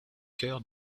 chœur